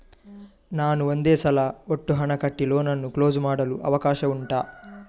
ನಾನು ಒಂದೇ ಸಲ ಒಟ್ಟು ಹಣ ಕಟ್ಟಿ ಲೋನ್ ಅನ್ನು ಕ್ಲೋಸ್ ಮಾಡಲು ಅವಕಾಶ ಉಂಟಾ